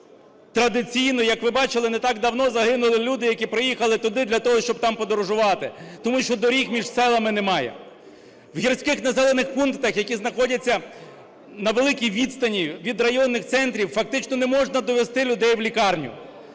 традиційно, як ви бачили, не так давно загинули люди, які приїхали туди для того, щоб там подорожувати, тому що доріг між селами немає. В гірських населених пунктах, які знаходяться на великій відстані від районних центрів, фактично не можна довести людей в лікарню,